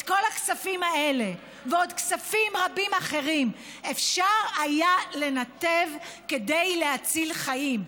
את כל הכספים האלה ועוד כספים רבים אחרים אפשר היה לנתב כדי להציל חיים.